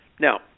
now